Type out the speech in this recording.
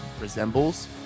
resembles